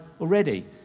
already